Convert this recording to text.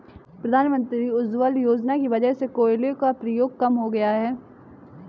प्रधानमंत्री उज्ज्वला योजना की वजह से कोयले का प्रयोग कम हो गया है